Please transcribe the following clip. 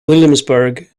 williamsburg